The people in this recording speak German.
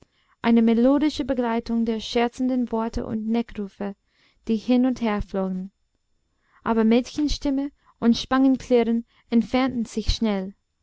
eine melodische begleitung der scherzenden worte und neckrufe die hin und herflogen aber mädchenstimmen und spangenklirren entfernten sich schnell